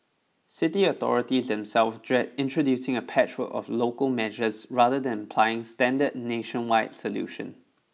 city authorities themselves dread introducing a patchwork of local measures rather than applying a standard nationwide solution